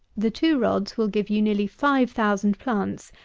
the two rods will give you nearly five thousand plants,